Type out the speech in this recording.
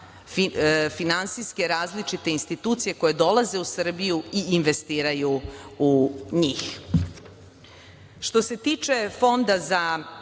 finansijske različite institucije koje dolaze u Srbiju i investiraju u njih. Što se tiče Fonda za